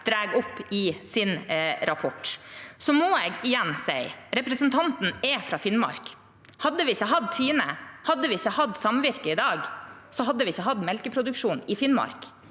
drar opp i sin rapport. Så må jeg – igjen – si: Representanten Strifeldt er fra Finnmark. Hadde vi ikke hatt Tine, hadde vi ikke hatt samvirker i dag, hadde vi ikke hatt melkeproduksjon i Finnmark.